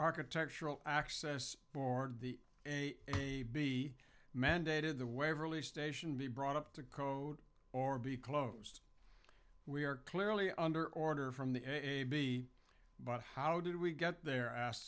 architectural access board the a a b mandated the waverley station be brought up to code or be closed we are clearly under order from the a b but how did we get there asked